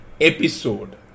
episode